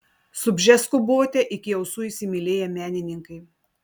su bžesku buvote iki ausų įsimylėję menininkai